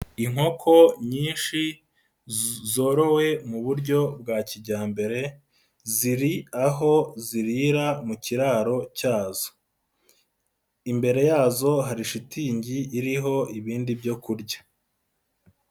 Inkoko nyinshi zorowe mu buryo bwa kijyambere, ziri aho zirira mu kiraro cyazo. Imbere yazo hari shitingi iriho ibindi byo kurya.